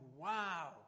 wow